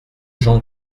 jean